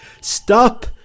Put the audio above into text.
Stop